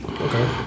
Okay